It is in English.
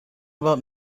about